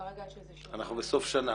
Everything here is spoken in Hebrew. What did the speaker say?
כרגע יש איזשהו -- אנחנו בסוף שנה,